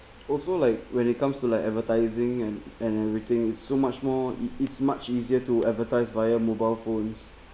also like when it comes to like advertising and and everything it's so much more it it's much easier to advertise via mobile phones